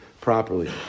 properly